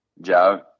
joe